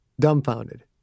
dumbfounded